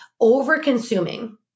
over-consuming